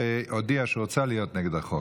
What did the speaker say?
שהודיע שהוא רצה להיות נגד החוק.